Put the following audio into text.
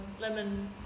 Lemon